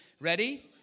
Ready